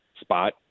spot